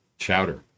chowder